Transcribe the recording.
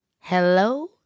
Hello